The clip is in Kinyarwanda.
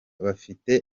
bafite